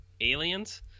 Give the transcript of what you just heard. aliens